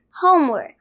Homework